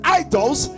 idols